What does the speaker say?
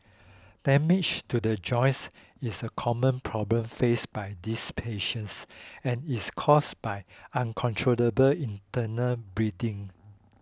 damage to the joints is a common problem faced by these patients and is caused by uncontrollable internal bleeding